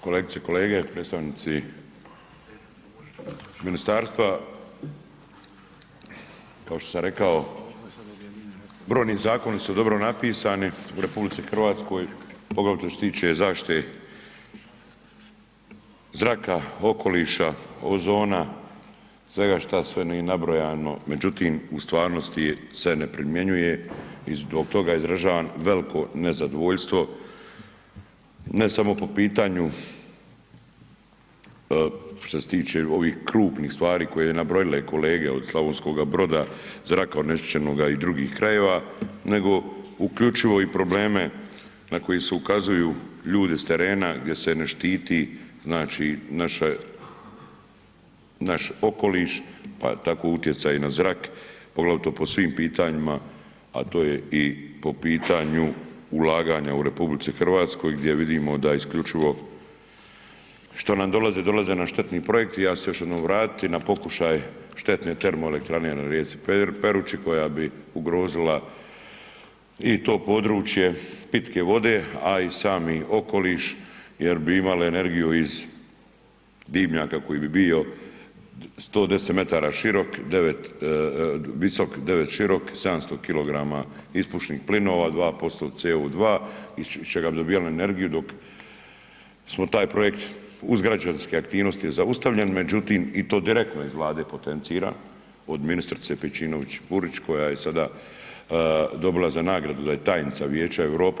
Kolegice i kolege, predstavnici ministarstva kao što sam rekao brojni zakoni su dobro napisani u RH poglavito što se tiče zaštite zraka, okoliša, ozona, svega šta sve nije nabrojano međutim u stvarnosti se ne primjenjuje i zbog toga izražavam veliko nezadovoljstvo ne samo po pitanju što se tiče ovih krupnih stvari koje je nabrojila i kolege od Slavonskoga Broda zraka onečišćenoga i drugih krajeva nego uključivo i probleme na koji se ukazuju ljudi s terena gdje se ne štiti znači naše, naš okoliš, pa tako utjecaj i na zrak poglavito po svim pitanjima, a to je i po pitanju ulaganja u RH gdje vidimo da isključivo, što nam dolaze, dolaze nam štetni projekti ja ću se još jednom vratiti na pokušaj štetne termoelektrane na rijeci Perući koja bi ugrozila i to područje pitke vode, a i sami okoliš jer bi imale energiju iz dimnjaka koji bi bio 110 metara širok, 9 visok, 9 širok, 700 kg ispušnih plinova, 2% CO2 iz čega bi dobijali energiju dok smo taj projekt uz građanske aktivnosti je zaustavljen, međutim i to direktno iz Vlade potenciran od ministrice Pejčinović Burić koja je sada dobila za nagradu da je tajnica Vijeća Europe.